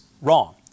wrong